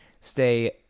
Stay